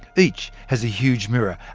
each has a huge mirror,